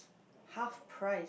half price